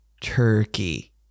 turkey